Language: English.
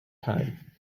time